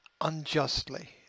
unjustly